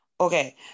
Okay